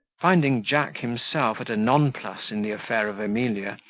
finding jack himself at a nonplus in the affair of emilia,